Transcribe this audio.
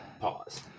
Pause